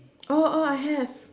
oh oh I have